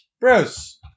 Bruce